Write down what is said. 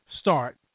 start